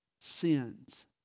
sins